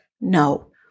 no